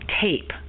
tape